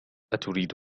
أتريد